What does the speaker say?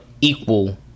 equal